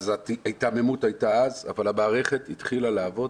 ההיתממות הייתה אז, אבל המערכת התחילה לעבוד